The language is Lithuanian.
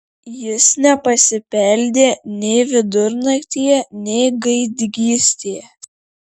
jis nepasibeldė nei vidurnaktyje nei gaidgystėje